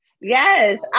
Yes